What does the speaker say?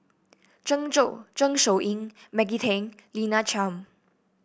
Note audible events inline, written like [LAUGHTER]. [UNINTELLIGIBLE] Zeng Shouyin Maggie Teng Lina Chiam